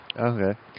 Okay